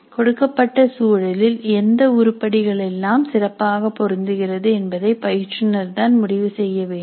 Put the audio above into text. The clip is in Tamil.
கொடுக்கப்பட்ட சூழலில் எந்த உருப்படிகள் எல்லாம் சிறப்பாக பொருந்துகிறது என்பதை பயிற்றுனர் தான் முடிவு செய்ய வேண்டும்